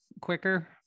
quicker